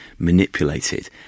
manipulated